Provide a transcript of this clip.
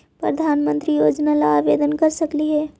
प्रधानमंत्री योजना ला आवेदन कर सकली हे?